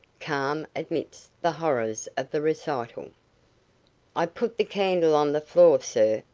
calm amidst the horrors of the recital. i put the candle on the floor, sir,